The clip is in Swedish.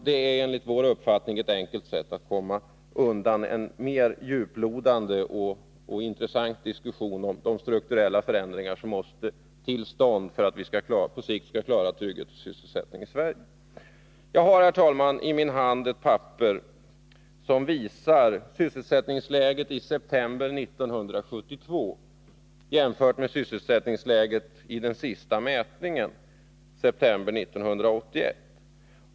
Det är enligt vår uppfattning ett alltför enkelt sätt att komma undan en mer djuplodande och intressant diskussion om de strukturella förändringar som måste komma till stånd för att vi på sikt skall kunna klara trygghet och sysselsättning i Sverige. Herr talman! Jag har i min hand ett papper som visar sysselsättningsläget i september 1972, jämfört med sysselsättningsläget i den senaste mätningen i september 1981.